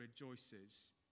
rejoices